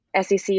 SEC